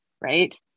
right